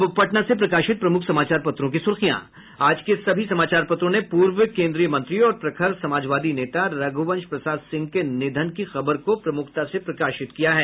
अब पटना से प्रकाशित प्रमुख समाचार पत्रों की सुर्खियां आज के सभी समाचार पत्रों ने पूर्व केन्द्रीय मंत्री और प्रखर समाजवादी नेता रघुवंश प्रसाद सिंह के निधन की खबर को प्रमुखता से प्रकाशित किया है